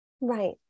Right